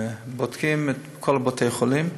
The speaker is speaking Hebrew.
בודקים את כל בתי החולים,